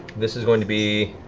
this is going to be